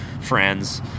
friends